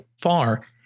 far